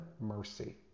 mercy